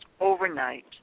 overnight